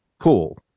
Cool